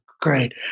great